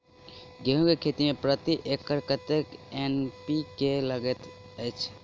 गेंहूँ केँ खेती मे प्रति एकड़ कतेक एन.पी.के लागैत अछि?